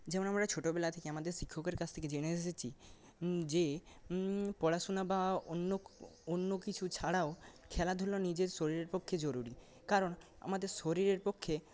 যেমন আমরা ছোটোবেলা থেকে আমাদের শিক্ষকের কাছ থেকে জেনে এসেছি যে পড়াশুনা বা অন্য অন্য কিছু ছাড়াও খেলাধুলা নিজের শরীরের পক্ষে জরুরি কারণ আমাদের শরীরের পক্ষে